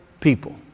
people